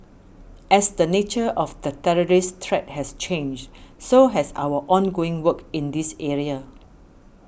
as the nature of the terrorist threat has changed so has our ongoing work in this area